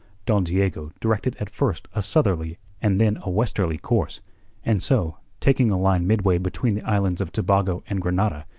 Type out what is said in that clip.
don diego directed at first a southerly and then a westerly course and so, taking a line midway between the islands of tobago and grenada,